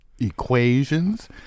equations